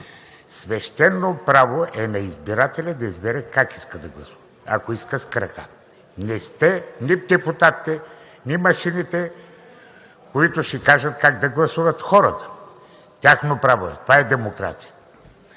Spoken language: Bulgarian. Свещено право на избирателя е да избере как иска да гласува. Ако иска – с крака. Не сте – нито депутатите, нито машините, които ще кажат как да гласуват хората. Тяхно право е! Това е демокрацията!